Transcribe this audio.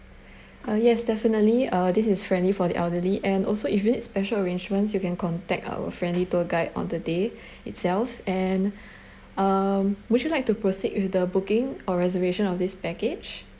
ah yes definitely ah this is friendly for the elderly and also if it's special arrangements you can contact our friendly tour guide on the day itself and um would you like to proceed with the booking or reservation of this package